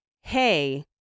hey